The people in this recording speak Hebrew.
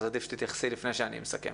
אז עדיף שתתייחסי לפני שאני מסכם.